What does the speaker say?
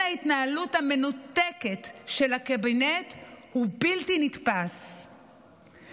ההתנהלות המנותקת של הקבינט הוא בלתי נתפס,